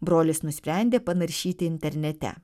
brolis nusprendė panaršyti internete